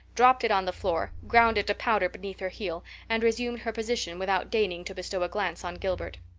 dropped it on the floor, ground it to powder beneath her heel, and resumed her position without deigning to bestow a glance on gilbert.